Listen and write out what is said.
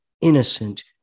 innocent